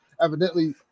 evidently